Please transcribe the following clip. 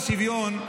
עקרון השוויון,